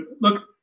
look